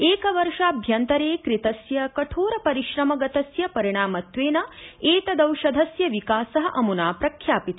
एकवर्षाभ्यन्तरे कृतस्य कठोरपरिश्रमगतस्य परिणामत्वेन एतदौषधस्य विकास अमुना प्रख्यापित